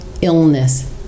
illness